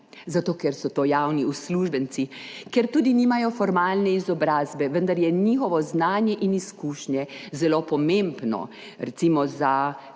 plačati. Ker so to javni uslužbenci, ker tudi nimajo formalne izobrazbe, vendar so njihovo znanje in izkušnje zelo pomembni recimo za